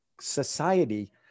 society